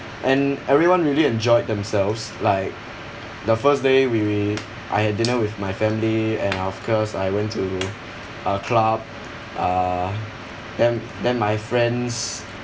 and everyone really enjoyed themselves like the first day we we I had dinner with my family and of course I went to a club uh then then my friends